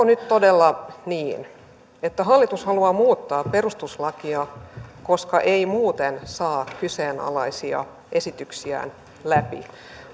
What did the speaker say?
nyt todella niin että hallitus haluaa muuttaa perustuslakia koska ei muuten saa kyseenalaisia esityksiään läpi